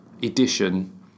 Edition